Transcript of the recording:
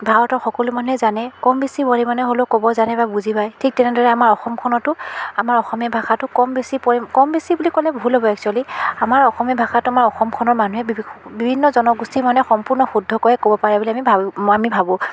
ভাৰতৰ সকলো মানুহে জানে কম বেছি পৰিমাণে হ'লেও ক'ব জানে বা বুজি পায় ঠিক তেনেদৰে আমাৰ অসমখনতো আমাৰ অসমীয়া ভাষাটো কম বেছি পৰি কম বেছি বুলি ক'লে ভুল হ'ব একচুৱেলী আমাৰ অসমীয়া ভাষাটো আমাৰ অসমখনৰ মানুহে বিভি বিভিন্ন জনগোষ্ঠীৰ মানুহে সম্পূ্ৰ্ণ শুদ্ধকৈ ক'ব পাৰে বুলি আমি ভাবোঁ মই আমি ভাবোঁ